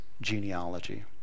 genealogy